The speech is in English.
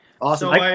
Awesome